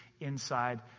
inside